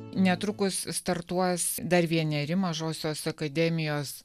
netrukus startuos dar vieneri mažosios akademijos